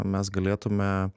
mes galėtume